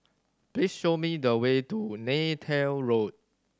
please show me the way to Neythal Road